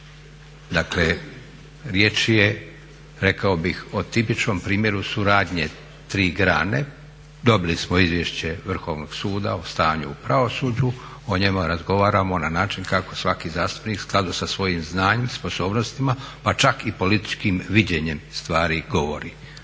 Dakle, riječ je rekao bih o tipičnom primjeru suradnje tri grane. Dobili smo izvješće Vrhovnog suda o stanju u pravosuđu, o njemu razgovaramo na način kako svaki zastupnik u skladu sa svojim znanjem, sposobnostima pa čak i političkim viđenjem stvari govori.